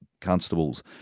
constables